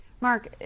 Mark